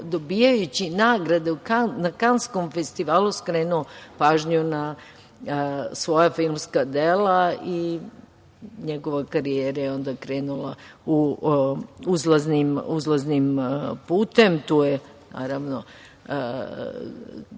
dobijajući nagrade na Kanskom festivalu, skrenuo pažnju na svoja filmska dela i njegova karijera je onda krenula uzlaznim putem. Tu je, naravno,